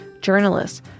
journalists